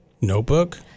Notebook